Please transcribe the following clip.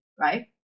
right